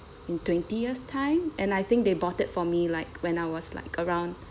in twenty years' time and I think they bought it for me like when I was like around